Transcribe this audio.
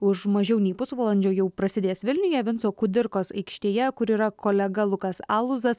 už mažiau nei pusvalandžio jau prasidės vilniuje vinco kudirkos aikštėje kur yra kolega lukas alūzas